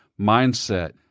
mindset